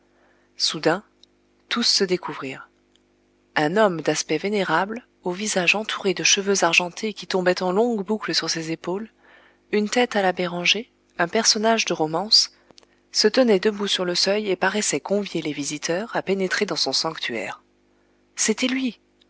soudain tous se découvrirent un homme d'aspect vénérable au visage entouré de cheveux argentés qui tombaient en longues boucles sur ses épaules une tête à la béranger un personnage de romance se tenait debout sur le seuil et paraissait convier les visiteurs à pénétrer dans son sanctuaire c'était lui